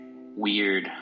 weird